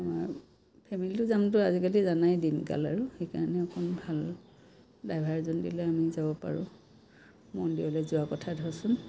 অঁ ফেমিলীটো যামতো আজিকালি জানাই দিন কাল আৰু সেইকাৰণে অকণ ভাল ড্ৰাইভাৰ এজন দিলে আমি যাব পাৰোঁ মন্দিৰলৈ যোৱা কথা ধৰচোন